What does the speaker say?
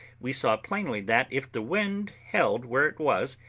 we saw plainly that, if the wind held where it was,